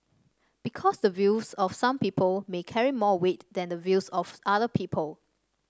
because the views of some people may carry more weight than the views of other people